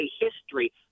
history